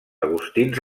agustins